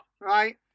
right